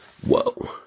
Whoa